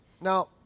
Now